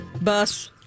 bus